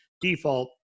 default